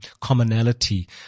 commonality